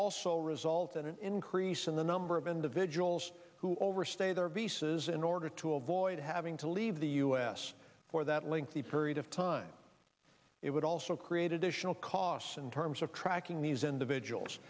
also result in an increase in the number of individuals who overstay their visas in order to avoid having to leave the u s for that lengthy period of time it would also create additional costs in terms of tracking these individuals